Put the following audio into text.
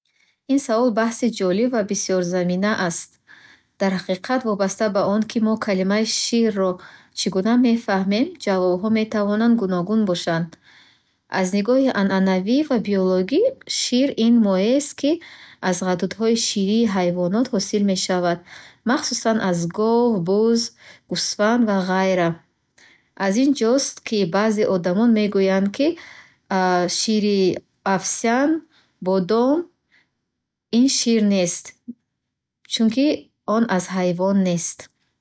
Ин савол баҳси ҷолиб ва бисёрзамина ас. Дар ҳақиқат, вобаста ба он, ки мо калимаи "шир" -ро чӣ гуна мефаҳмем, ҷавобҳо метавонанд гуногун бошанд. Аз нигоҳи анъанавӣ ва биологӣ, шир ин моеъест, ки аз ғадудҳои ширии ҳайвонот ҳосил мешавад, махсусан аз гов, буз, гӯсфанд ва ғайра. Аз ин ҷост, ки баъзе одамон мегӯянд, ки шири овсян, бодом ин шир нест. Чунки он аз ҳайвонот нест.